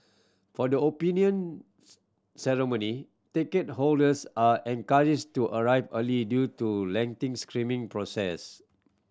for the opinion Ceremony ticket holders are encouraged to arrive early due to lengthy screening process